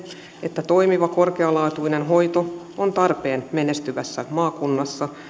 että toimiva korkealaatuinen hoito on tarpeen menestyvässä maakunnassa